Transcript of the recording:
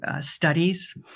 studies